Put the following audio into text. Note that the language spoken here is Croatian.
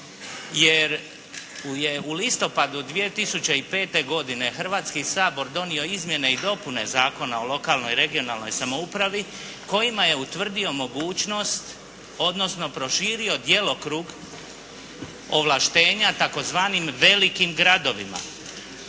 je u listopadu 2005. godine Hrvatski sabor, donio Izmjene i dopune zakona o lokalnoj i regionalnoj samoupravi kojima je utvrdio mogućnost odnosno proširio djelokrug ovlaštenja tzv. velikim gradovima.